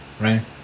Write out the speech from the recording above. right